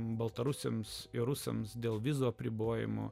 baltarusiams ir rusams dėl vizų apribojimų